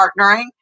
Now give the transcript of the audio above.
partnering